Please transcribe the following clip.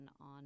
on